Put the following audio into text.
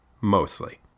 Mostly